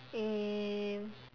eh